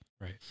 Right